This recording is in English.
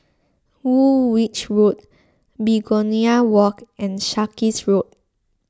Woolwich Road Begonia Walk and Sarkies Road